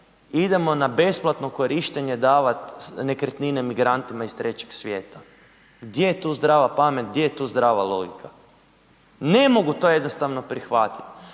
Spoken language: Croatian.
idemo na besplatno korištenje davat nekretnine migrantima iz trećeg svijeta. Gdje je tu zdrava pamet, gdje je tu zdrava logika? Ne mogu to jednostavno prihvatiti.